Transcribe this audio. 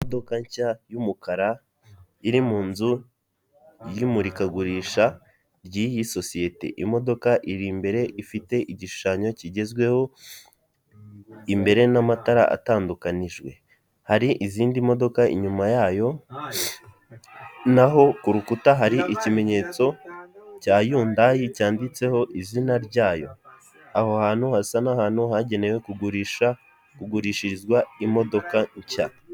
Imodoka nshya yumukara iri mu nzu y'imurikagurisha ry'iyi sosiyete, imodoka iri imbere ifite igishushanyo kigezweho imbere n'amatara atandukanijwe, hari n'izindi modoka inyuma yayo. Naho ku rukuta hari ikimenyetso cya Hyundai cyanditseho izina ryayo, aho hantu hasa n'ahantu hagenewe kugurisha kugurishirizwa imodoka nshya.